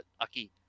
Aki